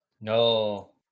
no